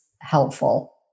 helpful